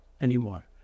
anymore